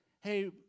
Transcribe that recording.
hey